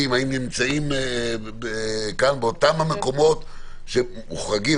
עידן נמצאים באותם המקומות שמוחרגים?